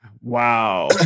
Wow